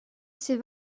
ces